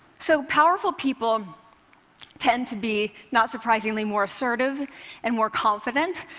so powerful people tend to be, not surprisingly, more assertive and more confident,